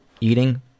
eating